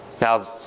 Now